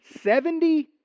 Seventy